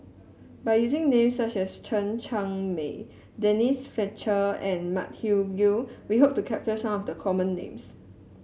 by using names such as Chen Cheng Mei Denise Fletcher and Matthew Ngui we hope to capture some of the common names